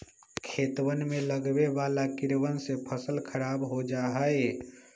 खेतवन में लगवे वाला कीड़वन से फसल खराब हो जाहई